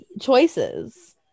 Choices